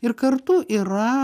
ir kartu yra